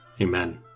Amen